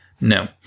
No